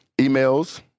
emails